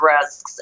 risks